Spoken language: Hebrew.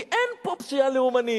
כי אין פה פשיעה לאומנית,